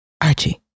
Archie